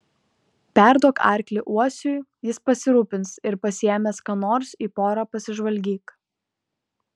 perduok arklį uosiui jis pasirūpins ir pasiėmęs ką nors į porą pasižvalgyk